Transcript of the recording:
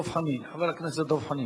חבר הכנסת דב חנין.